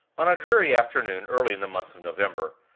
on a dreary afternoon, early in the month of november,